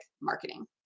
marketing